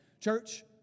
Church